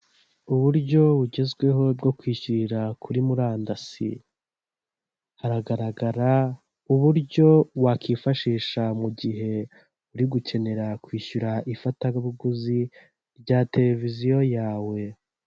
Uburyo bugezweho bwo kwishyurira kuri murandasi, haragaragara uburyo wakwifashisha mu gihe uri gukenera kwishyura ifatabuguzi rya televiziyo yawe.